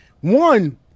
one